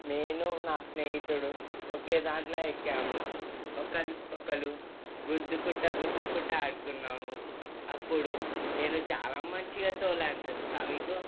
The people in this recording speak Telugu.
నేను నా స్నేహితుడు ఒకే దాంట్లో ఎక్కాము ఒకలు ఒకలు గుద్దుకుంటా గుద్దుకుంటా ఆడుకున్నాము అప్పుడు నేను చాలా మంచిగా తోలాను తెలుసా మీకు